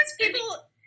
people